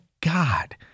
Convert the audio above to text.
God